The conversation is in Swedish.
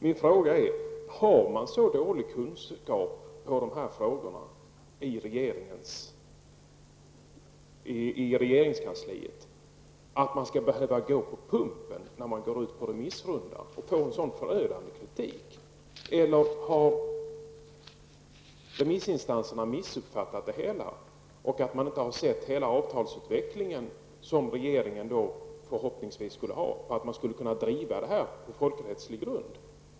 Min fråga blir då: Har man i regeringskansliet så dålig kunskap i de här frågorna att man måste gå på pumpen vid en remissrunda och ådra sig förödande kritik? Eller har remissinstanserna missuppfattat det hela? Har man inte sett hela avtalsutvecklingen, som regeringen förhoppningsvis skulle ha klar för sig, för att man skall kunna driva det hela på folkrättslig grund?